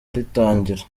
ritangira